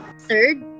Third